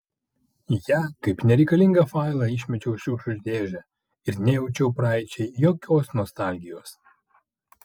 ją kaip nereikalingą failą išmečiau į šiukšlių dėžę ir nejaučiau praeičiai jokios nostalgijos